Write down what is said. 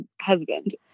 husband